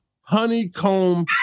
honeycomb